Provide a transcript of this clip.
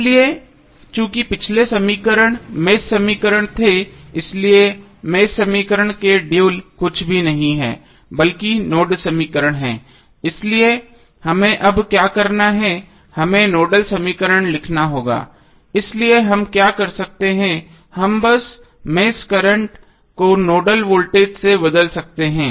इसलिए चूंकि पिछले समीकरण मेष समीकरण थे इसलिए मेष समीकरण के ड्यूल कुछ भी नहीं हैं बल्कि नोड समीकरण हैं इसलिए हमें अब क्या करना है हमें नोडल समीकरण लिखना होगा इसलिए हम क्या कर सकते हैं हम बस मेष करंट को नोडल वोल्टेज से बदल सकते हैं